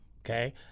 okay